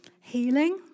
healing